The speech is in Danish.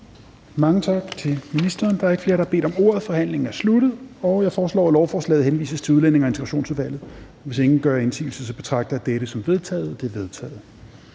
Tak til ministeren. Da der ikke er flere, der har bedt om ordet, er forhandlingen sluttet. Jeg foreslår, at lovforslaget henvises til Udlændinge- og Integrationsudvalget. Hvis ingen gør indsigelse, betragter jeg det som vedtaget. Det er vedtaget.